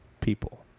people